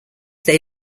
they